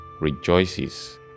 rejoices